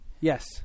Yes